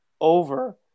over